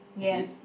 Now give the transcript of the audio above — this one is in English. is it